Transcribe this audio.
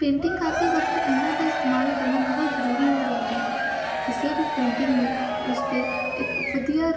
painting ਕਰਦੇ ਵਕਤ ਇਹਨਾਂ ਦਾ ਇਸਤੇਮਾਲ ਕਰਨਾ ਬਹੁਤ ਜ਼ਰੂਰੀ ਹੋ ਜਾਂਦਾ ਹੈ ਕਿਸੇ ਵੀ ਪੇਂਟਿੰਗ ਨੂੰ ਉਸਦੇ ਇੱਕ ਵਧੀਆ